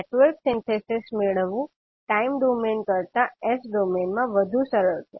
network synthesis મેળવવુ time domain કરતા s ડોમેઈનમાં વધુ સરળ છે